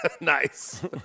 Nice